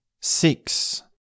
six